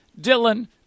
Dylan